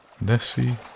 Nessie